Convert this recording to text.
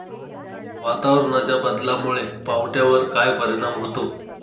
वातावरणाच्या बदलामुळे पावट्यावर काय परिणाम होतो?